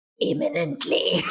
Imminently